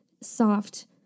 soft